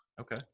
Okay